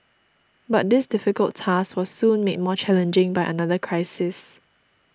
but this difficult task was soon made more challenging by another crisis